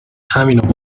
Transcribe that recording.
همینو